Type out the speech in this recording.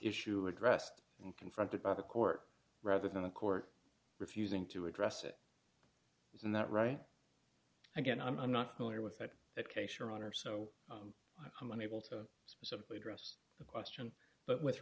issue addressed and confronted by the court rather than the court refusing to address it isn't that right again i'm not familiar with that that case your honor so i'm unable to specifically address the question but with